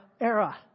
era